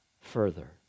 further